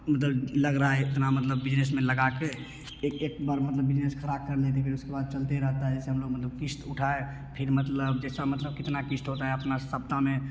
उधर लग रहा है इतना मतलब बिजनेस में लगाके एक एक बार मतलब बिजनेस ख़राब कर लेते हैं फिर उसके बाद चलते ही रहता है जैसे हम लोग मतलब क़िश्त उठाए फिर मतलब जैसा मतलब कितना क़िश्त होता है अपना सप्ताह में